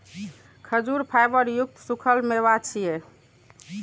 खजूर फाइबर युक्त सूखल मेवा छियै